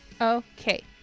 Okay